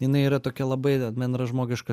jinai yra tokia labai bendražmogiška